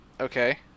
Okay